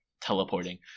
teleporting